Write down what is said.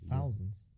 Thousands